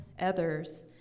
others